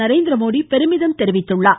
நரேந்திரமோடி பெருமிதம் தெரிவித்துள்ளார்